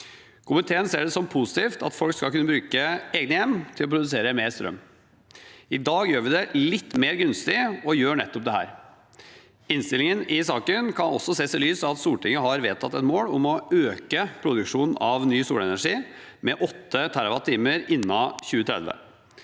Komiteen ser det som positivt at folk skal kunne bruke egne hjem til å produsere mer strøm. I dag gjør vi det litt mer gunstig å gjøre nettopp dette. Innstillingen i saken kan også ses i lys av at Stortinget har vedtatt et mål om å øke produksjonen av ny solenergi med 8 TWh innen 2030.